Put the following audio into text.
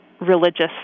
religious